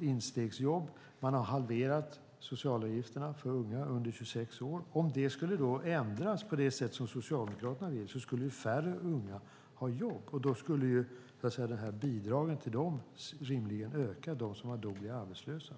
instegsjobb, och man har halverat socialavgifterna för unga under 26 år. Om detta skulle ändras på det sätt Socialdemokraterna vill skulle färre unga ha jobb, och då skulle bidragen till dem som blir arbetslösa rimligen öka.